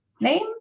name